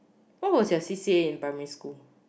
what was your C_C_A in primary school